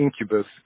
Incubus